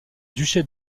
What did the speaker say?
duché